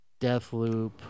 Deathloop